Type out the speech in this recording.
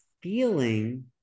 feeling